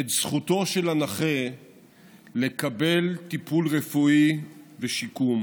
את זכותו של הנכה לקבל טיפול רפואי ושיקום